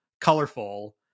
colorful